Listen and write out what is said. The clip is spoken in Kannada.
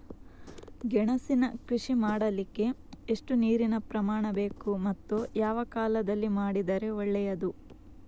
ಗೆಣಸಿನ ಕೃಷಿ ಮಾಡಲಿಕ್ಕೆ ಎಷ್ಟು ನೀರಿನ ಪ್ರಮಾಣ ಬೇಕು ಮತ್ತು ಯಾವ ಕಾಲದಲ್ಲಿ ಮಾಡಿದರೆ ಒಳ್ಳೆಯದು?